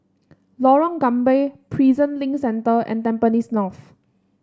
Lorong Gambir Prison Link Centre and Tampines North